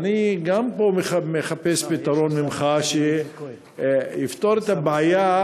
גם פה אני מחפש ממך פתרון שיפתור את הבעיה